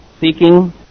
seeking